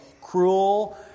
cruel